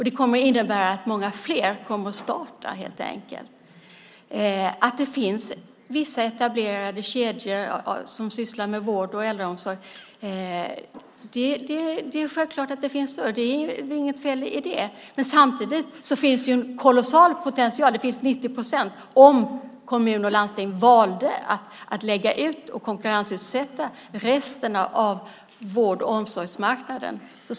Det kommer att innebära att många fler kommer att starta företag. Det är självklart att det finns vissa etablerade kedjor som sysslar med vård och äldreomsorg. Det är inget fel i det. Samtidigt finns det en kolossal potential, 90 procent, om kommun och landsting valde att lägga ut och konkurrensutsätta resterna av vård och omsorgsmarknaden.